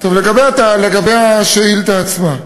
לגבי השאילתה עצמה.